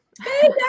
Hey